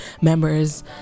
members